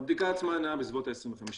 הבדיקה עצמה נעה בסביבות ה-25 דולר.